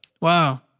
Wow